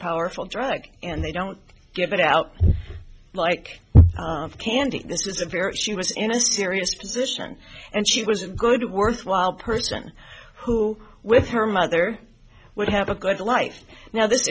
powerful drug and they don't give it out like candy this is a very she was in a serious position and she was a good worthwhile person who with her mother would have a good life now this